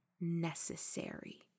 necessary